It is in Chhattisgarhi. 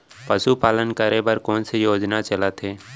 पशुपालन करे बर कोन से योजना चलत हे?